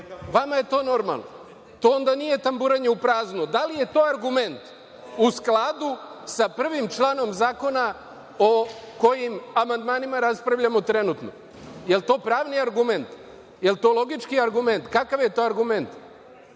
vama je to normalno. To onda nije tamburanje u prazno. Da li je to argument u skladu sa prvim članom zakona o kojim amandmanima raspravljamo trenutno? Da li je to pravni argument? Da li je to logički argument? Kakav je to argument?